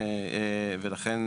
ולכן